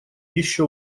еще